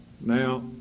now